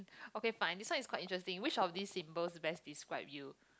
okay fine this one is quite interesting which of these symbols best describe you